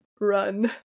run